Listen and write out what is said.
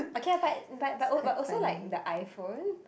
okay ah but but but also like the iPhone